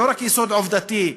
לא רק יסוד עובדתי,